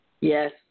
Yes